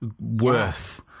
worth